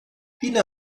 ina